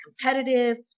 competitive